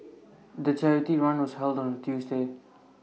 the charity run was held on A Tuesday